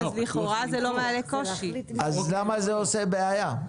למה זה עושה בעיה?